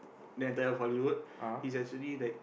the entire of Hollywood he's actually like